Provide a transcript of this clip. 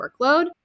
workload